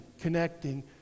connecting